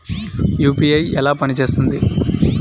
UPI ఎలా పనిచేస్తుంది?